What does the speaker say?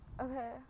Okay